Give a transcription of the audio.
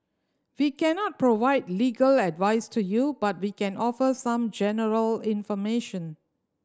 we cannot provide legal advice to you but we can offer some general information